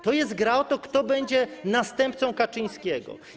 To jest gra o to, kto będzie następcą Kaczyńskiego.